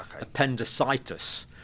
Appendicitis